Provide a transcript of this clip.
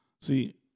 See